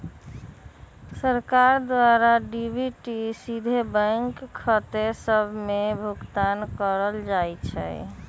सरकार द्वारा डी.बी.टी सीधे बैंक खते सभ में भुगतान कयल जाइ छइ